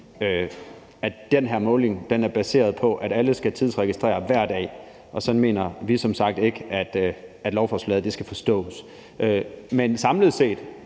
den her måling er baseret på, at alle skal tidsregistrere hver dag, og sådan mener vi som sagt ikke at lovforslaget skal forstås. Men samlet set